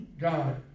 God